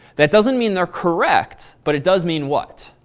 that doesn't mean they're correct but it does mean what?